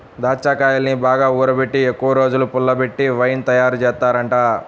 దాచ్చాకాయల్ని బాగా ఊరబెట్టి ఎక్కువరోజులు పుల్లబెట్టి వైన్ తయారుజేత్తారంట